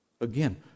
Again